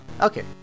Okay